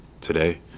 today